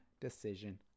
decision